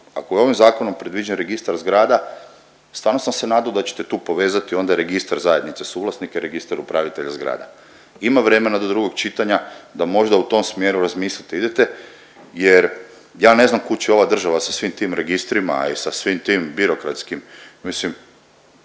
Ako je ovim zakonom predviđen registar zgrada, stvarno sam se nado da ćete tu povezati onda registar zajednice suvlasnika i registar upravitelja zgrada. Ima vremena do drugog čitanja da možda u tom smjeru razmilite idete jer ja ne znam kud će ova država sa svim tim registrima i sa svim tim birokratskim. Mislim,